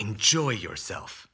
enjoy yourself